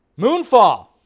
moonfall